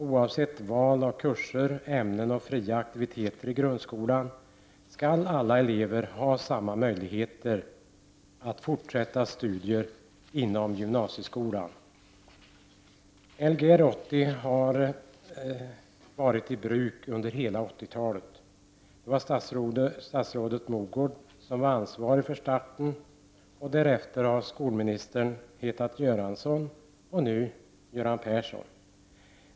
Oavsett val av kurser, ämnen och fria aktiviteter i grundskolan skall alla elever ha samma möjligheter att fortsätta studier inom gymnasieskolan.” Lgr 80 har varit i bruk under hela 1980-talet. Det var statsrådet Mogård som var ansvarig för starten, och därefter har skolministern hetat Göransson och nu heter han Göran Persson.